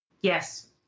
Yes